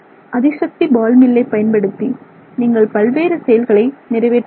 அதிசக்தி ball மில்லை பயன்படுத்தி நீங்கள் பல்வேறு செயல்களை நிறைவேற்ற முடியும்